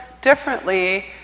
differently